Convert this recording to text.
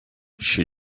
she